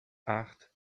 acht